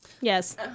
yes